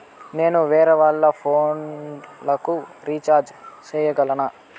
నేను వేరేవాళ్ల ఫోను లకు రీచార్జి సేయగలనా?